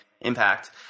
impact